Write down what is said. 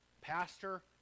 Pastor